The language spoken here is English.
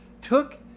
took